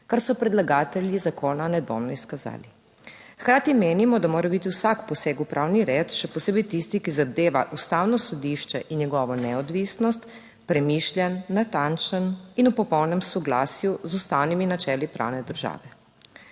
kar so predlagatelji zakona nedvomno izkazali. Hkrati menimo, da mora biti vsak poseg v pravni red, še posebej tisti, ki zadeva ustavno sodišče in njegovo neodvisnost, premišljen, natančen in v popolnem soglasju z ustavnimi načeli pravne države.